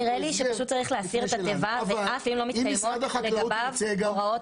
נראה לי שצריך להסיר את התיבה הזאת אם לא מתקיימות לגביה הוראות